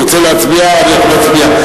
ירצה להצביע אנחנו נצביע.